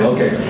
Okay